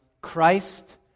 Christ